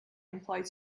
employed